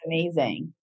amazing